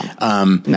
No